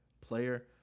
player